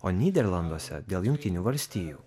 o nyderlanduose dėl jungtinių valstijų